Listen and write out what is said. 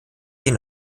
den